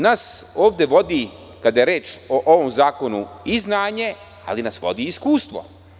Nas ovde vodi, kada je reč o ovom zakonu, i znanje, ali nas vodi i iskustvo.